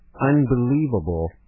unbelievable